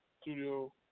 studio